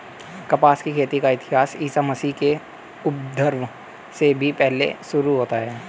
कपास की खेती का इतिहास ईसा मसीह के उद्भव से भी पहले शुरू होता है